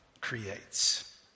creates